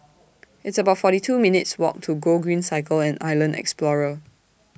It's about forty two minutes' Walk to Gogreen Cycle and Island Explorer